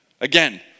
again